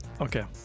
Okay